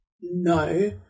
no